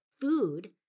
food